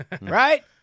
Right